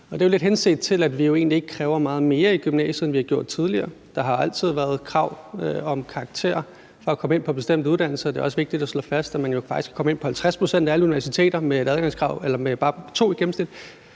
lidt henset til, at vi egentlig ikke kræver meget mere i gymnasiet, end vi har gjort tidligere. Der har altid været krav om karakterer for at komme ind på bestemte uddannelser. Det er også vigtigt at slå fast, at man faktisk kan komme ind på 50 pct. af alle universiteter med bare